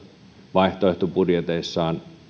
vaihtoehtobudjeteissaan